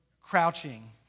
crouching